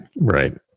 Right